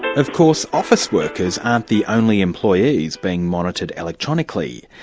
of course office workers aren't the only employees being monitored electronically.